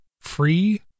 free